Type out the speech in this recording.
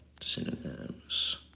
synonyms